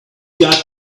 got